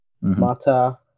Mata